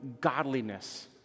godliness